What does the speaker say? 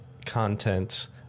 Content